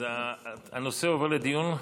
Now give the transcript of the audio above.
הנושא עובר לדיון,